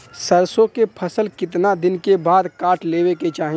सरसो के फसल कितना दिन के बाद काट लेवे के चाही?